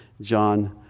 John